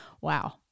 wow